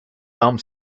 thumb